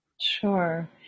Sure